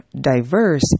diverse